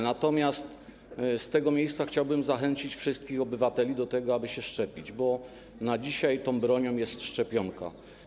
Natomiast z tego miejsca chciałbym zachęcić wszystkich obywateli do tego, aby się szczepić, bo na dzisiaj bronią jest szczepionka.